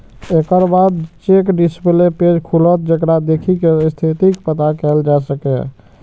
एकर बाद check display page खुलत, जेकरा देखि कें स्थितिक पता कैल जा सकैए